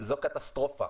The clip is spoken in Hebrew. זאת קטסטרופה.